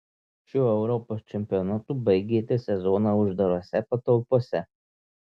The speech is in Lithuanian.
šiuo europos čempionatu baigėte sezoną uždarose patalpose